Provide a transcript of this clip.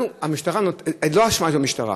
זו לא אשמת המשטרה,